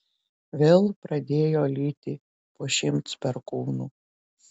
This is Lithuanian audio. vėl pradėjo lyti po šimts perkūnų